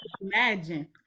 imagine